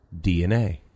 DNA